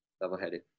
Level-headed